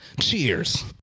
Cheers